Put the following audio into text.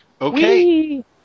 Okay